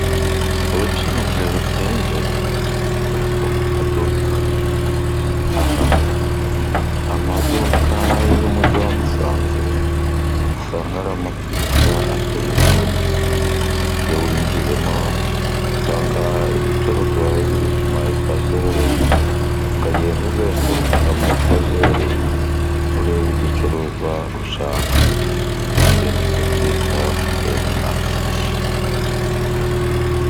Ubucuruzi buteye imbere bukorerwa maduka. Amaduka y'umujyi wa Musanze usanga ari amaduka ateye ubwuzu, iyo winjiyemo usanga ibicuruzwa biri ku ma etajeri ,ukagenda uzenguruka ama etajeri ureba igicuruzwa ushaka. Ibyo ni byo twita superimarishe.